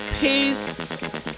peace